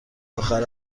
آخر